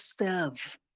serve